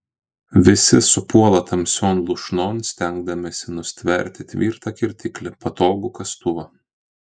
visi supuola tamsion lūšnon stengdamiesi nustverti tvirtą kirtiklį patogų kastuvą